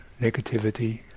negativity